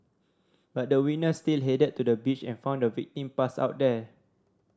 but the witness still headed to the beach and found the victim passed out there